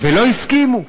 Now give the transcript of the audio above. ולא הסכימו.